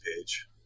page